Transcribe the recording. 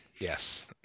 Yes